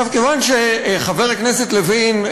כיוון שחבר הכנסת לוין,